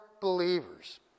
believers